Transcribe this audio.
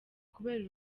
kubera